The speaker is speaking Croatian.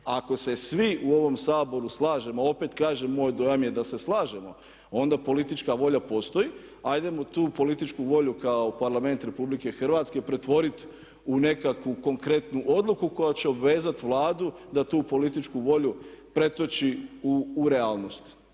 Ako se svi u ovom Saboru slažemo, opet kažem, moj dojam je da se slažemo onda politička volja postoji. Hajdemo tu političku volju kao Parlament RH pretvoriti u nekakvu konkretnu odluku koja će obvezati Vladu da tu političku volju pretoči u realnost.